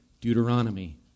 Deuteronomy